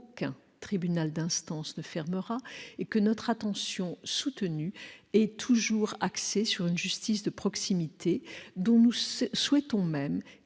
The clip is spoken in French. qu'aucun tribunal d'instance ne fermera, et que notre attention soutenue est toujours tendue vers une justice de proximité, dont nous souhaitons même